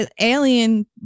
alien